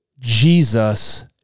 Jesus